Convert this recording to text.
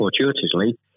fortuitously